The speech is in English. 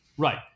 Right